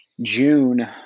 June